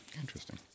interesting